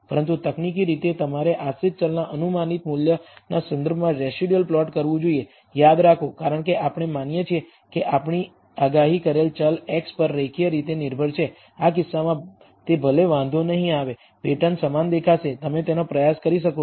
પરંતુ તકનીકી રીતે તમારે આશ્રિત ચલના અનુમાનિત મૂલ્યના સંદર્ભમાં રેસિડયુઅલ પ્લોટ કરવું જોઈએ યાદ રાખો કારણ કે આપણે માનીએ છીએ કે આગાહી કરેલ ચલ x પર રેખીય રીતે નિર્ભર છે આ કિસ્સામાં તે ભલે વાંધો નહીં આવે પેટર્ન સમાન દેખાશે તમે તેનો પ્રયાસ કરી શકો છો